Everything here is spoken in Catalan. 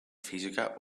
física